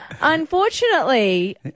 Unfortunately